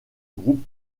groupe